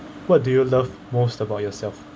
what do you love most about yourself